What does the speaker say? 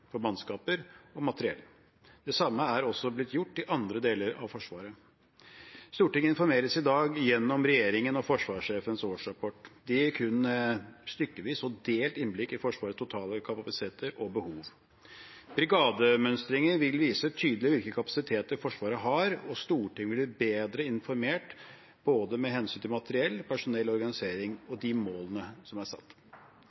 og materiell. Det samme er blitt gjort i andre deler av Forsvaret. Stortinget informeres i dag gjennom regjeringen og forsvarssjefens årsrapport. Det gir kun stykkevis og delt innblikk i Forsvarets totale kapasiteter og behov. Brigademønstringer vil vise tydelig hvilke kapasiteter Forsvaret har, og Stortinget vil bli bedre informert både med hensyn til materiell, personell, organisering